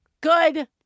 good